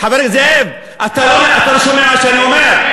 חברי זאב, אתה לא שומע מה שאני אומר?